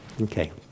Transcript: Okay